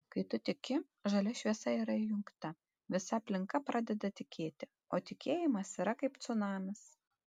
kai tu tiki žalia šviesa yra įjungta visa aplinka pradeda tikėti o tikėjimas yra kaip cunamis